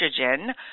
estrogen